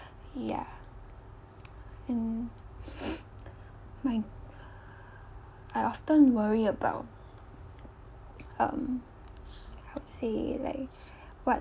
ya and my I often worry about um I would say like what